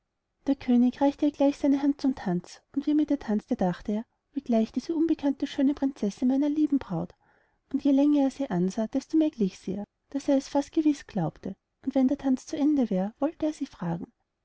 der könig reichte ihr gleich seine hand zum tanz und wie er mit ihr tanzte dachte er wie gleicht diese unbekannte schöne prinzessin meiner lieben braut und je länger er sie ansah desto mehr glich sie ihr daß er es fast gewiß glaubte und wenn der tanz zu ende wär wollte er sie fragen